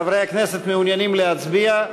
חברי הכנסת, מעוניינים להצביע?